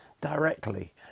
directly